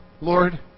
Lord